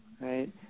right